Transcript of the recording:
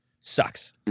sucks